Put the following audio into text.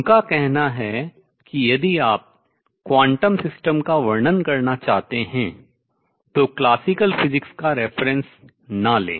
उनका कहना है कि यदि आप quantum system क्वांटम निकाय का वर्णन करना चाहते हैं तो classical physics शास्त्रीय भौतिकी का reference संदर्भ न लें